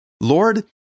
Lord